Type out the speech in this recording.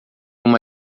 uma